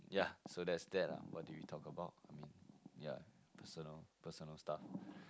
yeah so that's that lah what did we talk about yeah personal personal stuff